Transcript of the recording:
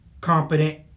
competent